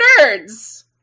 nerds